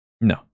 No